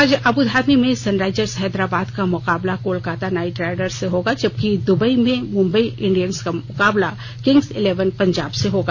आज अब्रधाबी में सनराइजर्स हैदराबाद का मुकाबला कोलकाता नाइटराइडर्स से होगा जबकि दुबई में मुंबई इंडियंस का सामना किंग्स इलेवन पंजाब से होगा